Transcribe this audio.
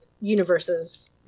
universes